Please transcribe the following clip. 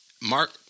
Mark